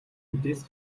үдээс